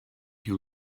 you